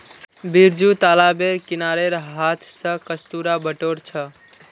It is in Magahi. बिरजू तालाबेर किनारेर हांथ स कस्तूरा बटोर छ